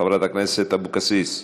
חברת הכנסת אבקסיס,